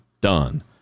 done